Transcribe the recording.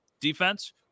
defense